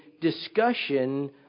discussion